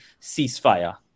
ceasefire